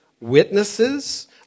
witnesses